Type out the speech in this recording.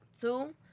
Two